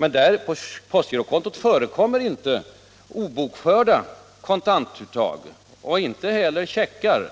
Men på postgirokontot förekommer inte obokförda kontantuttag och inte heller checkar,